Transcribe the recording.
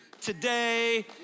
today